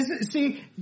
see